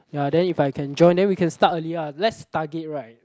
ya then if I can join then we can start earlier ah let's target right